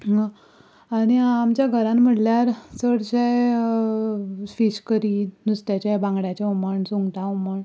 आनी आमचे घरांत म्हणल्यार चडशे फीश करी नुस्त्याचें बांगड्याचें हुमण सुंगटा हुमण